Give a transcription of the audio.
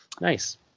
Nice